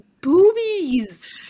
boobies